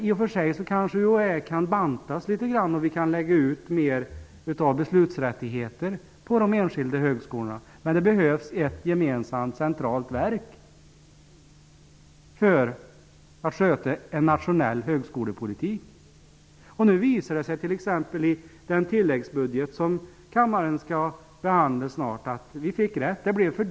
I och för sig kanske UHÄ kan bantas litet grand och vi kan lägga ut mer beslutsrättigheter på de enskilda högskolorna, men det behövs ett gemensamt centralt verk för att sköta en nationell högskolepolitik. Nu visar det sig t.ex. i den tilläggsbudget som kammaren skall behandla snart att vi fick rätt.